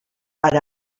per